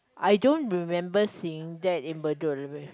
I don't remember seeing that in Bedok library